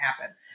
happen